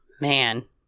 Man